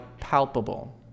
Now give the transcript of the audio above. palpable